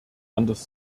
anders